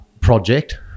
project